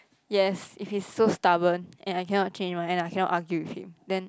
yes if he's so stubborn and I cannot change and I cannot argue with him then